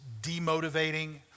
demotivating